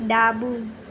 ડાબું